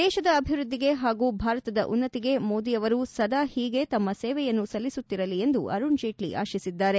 ದೇತದ ಅಭಿವೃದ್ದಿಗೆ ಹಾಗೂ ಭಾರತದ ಉನ್ನತಿಗೆ ಮೋದಿಯವರು ಸದಾ ಹೀಗೆ ತಮ್ಮ ಸೇವೆಯನ್ನು ಸಲ್ಲಿಸುತ್ತಿರಲಿ ಎಂದು ಅರುಣ್ ಜೇಟ್ಲ ಆಶಿಸಿದ್ದಾರೆ